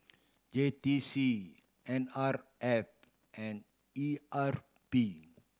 J T C N R F and E R P